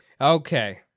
okay